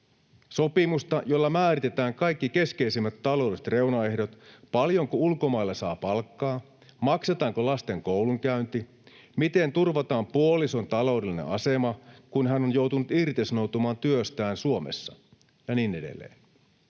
sopimusta, jolla määritetään kaikki keskeisimmät taloudelliset reunaehdot: paljonko ulkomailla saa palkkaa, maksetaanko lasten koulunkäynti, miten turvataan puolison taloudellinen asema, kun hän on joutunut irtisanoutumaan työstään Suomessa, ja niin edelleen.